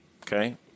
okay